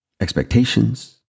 expectations